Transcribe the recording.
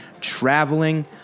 traveling